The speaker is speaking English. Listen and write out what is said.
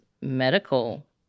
medical